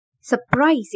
Surprise